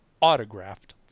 autographed